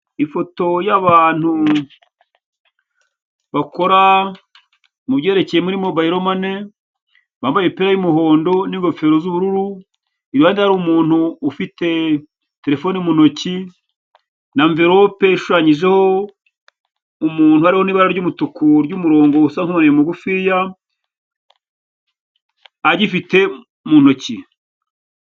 Ifoto y'abantu bakora mu byerekeye muri mobayiro mane, bambaye imipira y'umuhondo n'ingofero z'ubururu. Iruhande hari umuntu ufite terefone mu ntoki na anverope mu ntoki ishushanyijeho umuntu, hariho n'ibara ry'umutuku ry'murongo usa n'uri mugufiya, agifite mu ntoki.